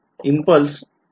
impulse या इथे आहे